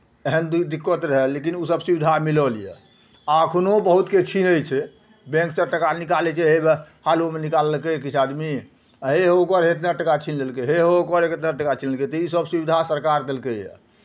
एहन दि दिक्कत रहै लेकिन ओसभ सुविधा मिलल यए आ एखनहु बहुतकेँ छीनै छै बैंकसँ टाका निकालै छै हउएह हालोमे निकाललकै किछु आदमी आ हे ओकर हे इतना टाका छीन लेलकै हे ओकर इतना टाका छीन लेलकै तऽ इसभ सुविधा सरकार देलकैए